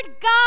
God